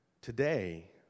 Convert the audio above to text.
today